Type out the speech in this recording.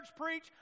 preach